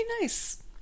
nice